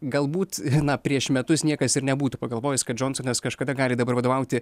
galbūt na prieš metus niekas ir nebūtų pagalvojęs kad džonsonas kažkada gali dabar vadovauti